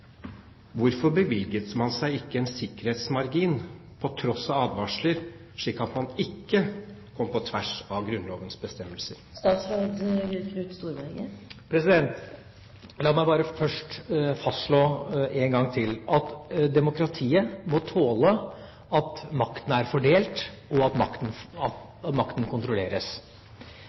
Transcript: Hvorfor bevilget man seg ikke en sikkerhetsmargin på tross av advarsler, slik at man ikke kom på tvers av Grunnlovens bestemmelser? La meg bare først fastslå én gang til at demokratiet må tåle at makten er fordelt, og at makten